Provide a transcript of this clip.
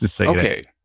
Okay